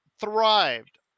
thrived